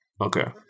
okay